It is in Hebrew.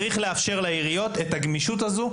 צריך לאפשר לעיריות את הגמישות הזו,